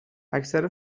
اکثر